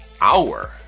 hour